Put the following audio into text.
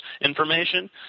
information